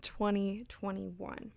2021